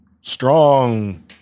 strong